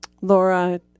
Laura